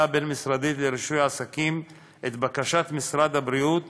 הבין-משרדית לרישוי עסקים את בקשת משרד הבריאות